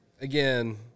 again